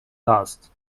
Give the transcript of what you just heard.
last